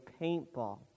paintball